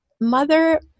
mother